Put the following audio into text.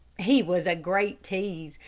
he was a great tease,